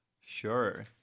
Sure